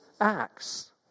acts